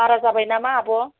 बारा जाबाय नामा आब'